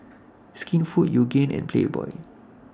Skinfood Yoogane and Playboy